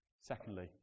Secondly